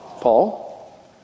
Paul